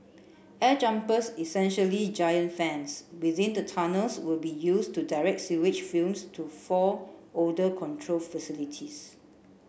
air jumpers essentially giant fans within the tunnels will be used to direct sewage fumes to four odour control facilities